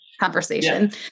conversation